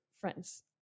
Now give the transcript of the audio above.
friends